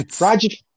Roger